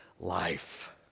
life